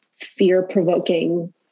fear-provoking